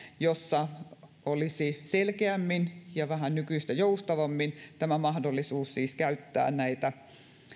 jossa olisi siis selkeämmin ja vähän nykyistä joustavammin mahdollisuus käyttää näitä